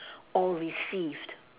or received